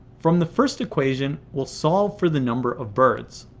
from the first equation, we'll solve for the number of birds.